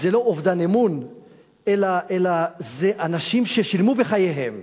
זה לא אובדן אמון אלא זה אנשים ששילמו בחייהם